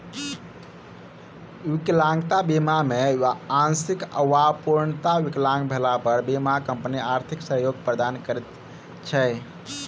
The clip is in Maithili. विकलांगता बीमा मे आंशिक वा पूर्णतः विकलांग भेला पर बीमा कम्पनी आर्थिक सहयोग प्रदान करैत छै